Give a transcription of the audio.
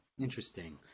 Interesting